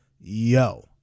Yo